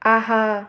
ஆஹா